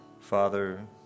Father